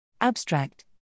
Abstract